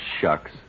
shucks